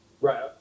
right